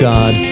God